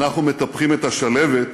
אנחנו מטפחים את השלהבת